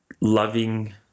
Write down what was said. loving